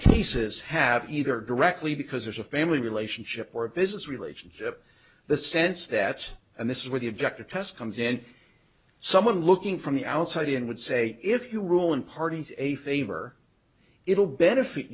cases have either directly because there's a family relationship or a business relationship the sense that and this is where the objective test comes in someone looking from the outside in would say if you rule in parties a favor it will benefit